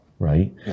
Right